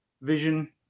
vision